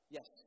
Yes